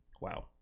Wow